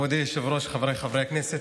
מכובדי היושב-ראש, חבריי חברי הכנסת,